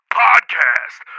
podcast